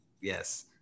yes